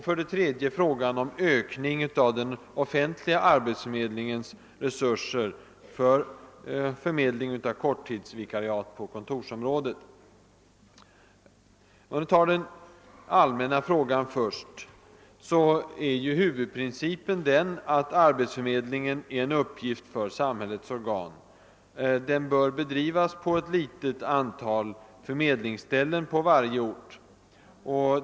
För det tredje är det frågan om ökning av den offentliga arbetsförmedlingens resurser för förmedling av korttidsvikariat på kontorsområdet. Låt mig ta den allmänna frågan först. Enligt huvudprincipen är arbetsförmedling en uppgift för samhällets organ. Den bör bedrivas vid ett litet antal förmedlingsställen på varje ort.